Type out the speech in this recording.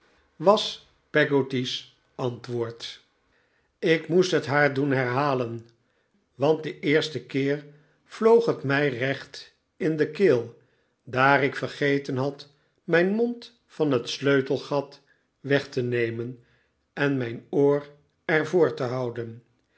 was peggotdavid copperfield ty's antwoord ik moest het haar doen herhalen want de eerste keer vloog het mij recht in de keel daar ik vergeten had mijn mond van het sleutelgat weg te nemen en mijn oor er voor te houden